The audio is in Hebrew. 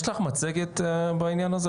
יש לך מצגת בעניין הזה?